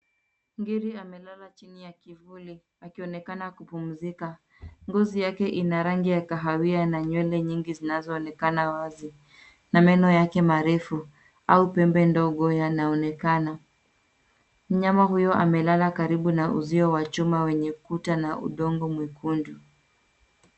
Ngiri amelala chini ya kivuli, akionekana kupumzika. Ngozi yake ina rangi ya kahawia na nywele nyingi zinazoonekana wazi, na meno yake marefu au pembe ndogo, yanaonekana. Mnyama huyo amelala karibu na uzio wa chuma wenye kuta na udongo mwekundu.